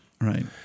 Right